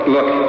Look